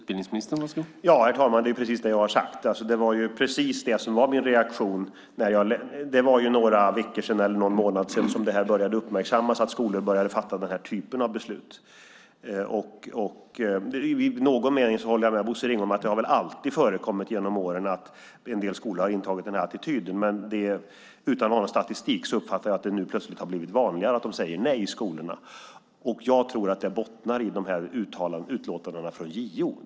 Herr talman! Det är precis det jag har sagt. Det var precis det som var min reaktion när det för några veckor sedan eller för någon månad sedan började uppmärksammas att skolorna började fatta den här typen av beslut. I någon mening håller jag med Bosse Ringholm om att det alltid har förekommit genom åren att skolor har intagit den här attityden. Men utan att ha någon statistik uppfattar jag att det nu plötsligt har blivit vanligare att de säger nej i skolorna. Jag tror att det bottnar i utlåtandena från JO.